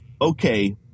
okay